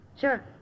Sure